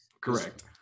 correct